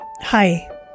Hi